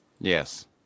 Yes